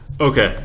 Okay